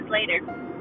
later